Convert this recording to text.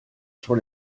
sur